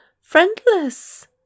friendless